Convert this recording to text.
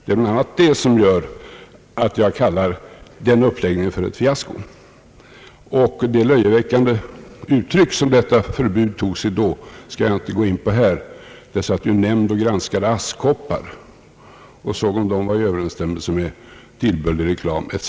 Det är bl.a. detta som gör att jag kallar den uppläggningen för ett fiasko. De löjeväckande uttryck som detta förbud tog sig då skall jag inte gå in på här. Det satt en nämnd och granskade askkoppar och såg efter om de var i överensstämmelse med tillbörlig reklam etc.